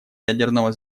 ядерного